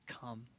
come